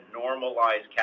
normalize